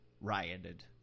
Rioted